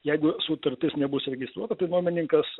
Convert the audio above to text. jeigu sutartis nebus registruota tai nuomininkas